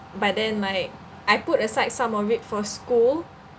but then my I put aside some of it for school